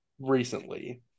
recently